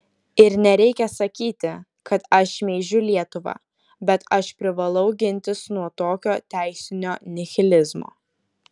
ir nereikia sakyti kad aš šmeižiu lietuvą bet aš privalau gintis nuo tokio teisinio nihilizmo